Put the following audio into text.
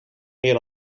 meer